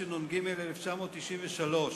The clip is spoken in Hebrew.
התשנ"ג 1993,